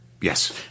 Yes